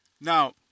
Now